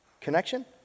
connection